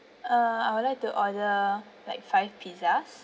uh I would like to order like five pizzas